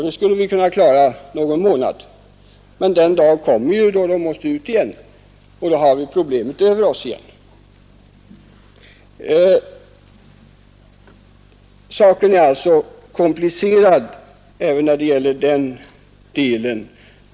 Det skulle vi kunna klara under någon månad, men den dag skulle komma då internerna måste ut igen, och då skulle vi åter ha problemet över oss. Saken är alltså komplicerad även i den delen.